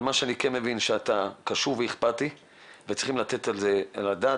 מה שאני כן מבין זה שאתה קשוב ואכפתי וצריכים לתת על הדעת,